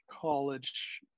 College